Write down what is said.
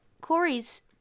Corey's